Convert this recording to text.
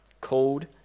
called